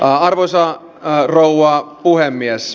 arvoisa rouva puhemies